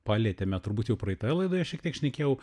palietėme turbūt jau praeitoje laidoje šiek tiek šnekėjau